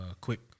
quick